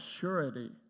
surety